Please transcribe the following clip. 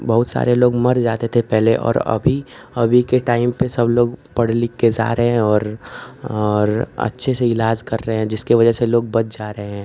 बहुत सारे लोग मर जाते थे पहले और अभी अभी के टाइम पर सबलोग पढ़ लिखकर जा रहे हैं और और अच्छे से इलाज़ कर रहे हैं जिसकी वज़ह से लोग बच जा रहे हैं